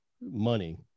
money